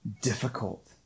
difficult